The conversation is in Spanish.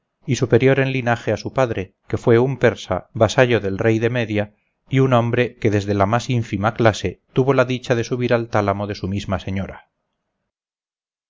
y superior en linaje a su padre que fue un persa vasallo del rey de media y un hombre que desde la más ínfima clase tuvo la dicha de subir al tálamo de su misma señora